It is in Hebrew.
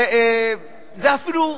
זה אפילו,